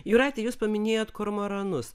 jūrate jūs paminėjot kormoranus